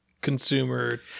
consumer